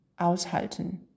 aushalten